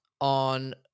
on